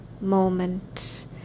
moment